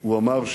הוא אמר,